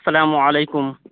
سلام علیکم